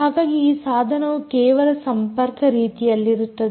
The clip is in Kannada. ಹಾಗಾಗಿ ಈ ಸಾಧನವು ಕೇವಲ ಸಂಪರ್ಕ ರೀತಿಯಲ್ಲಿರುತ್ತದೆ